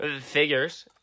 Figures